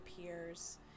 peers